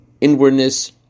inwardness